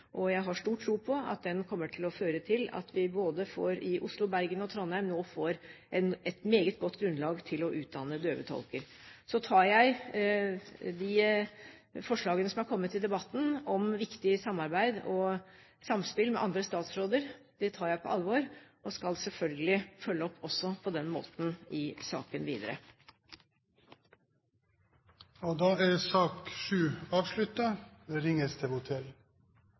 og jeg har stor tro på at den kommer til å føre til at vi både i Oslo, Bergen og Trondheim nå får et meget godt grunnlag til å utdanne døvetolker. Så tar jeg de forslagene som er kommet i debatten om viktig samarbeid og samspill med andre statsråder, på alvor og skal selvfølgelig følge opp også på den måten i saken videre. Debatten i sak